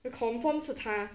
就 confirm 是他